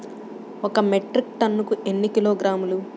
ఒక మెట్రిక్ టన్నుకు ఎన్ని కిలోగ్రాములు?